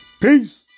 Peace